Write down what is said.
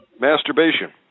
Masturbation